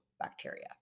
bacteria